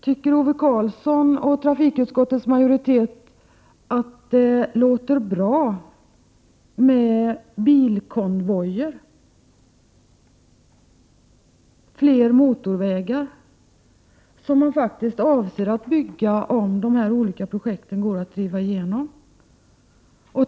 Tycker Ove Karlsson och trafikutskottets majoritet att det låter bra med bilkonvojer, fler motorvägar, som man faktiskt avser att bygga, om de här olika projekten går att driva igenom?